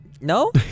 No